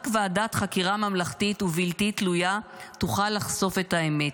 רק ועדת חקירה ממלכתית ובלתי תלויה תוכל לחשוף את האמת,